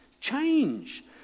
change